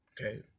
okay